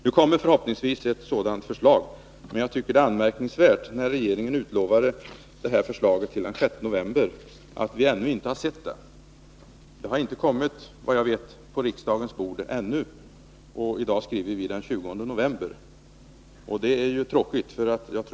Med tanke på att regeringen hade utlovat detta till den 6 november tycker jag dock att det är anmärkningsvärt att vi ännu inte har fått se något sådant förslag. I dag skriver vi den 20 november, och såvitt jag vet har något förslag ännu inte kommit på riksdagens bord. Det är tråkigt. Jag tror att ett sådant förslag kan bidra till att förbättra sysselsättningsläget för våra ungdomar.